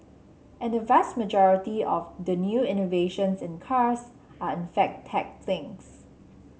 and the vast majority of the new innovations in cars are in fact tech things